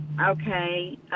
Okay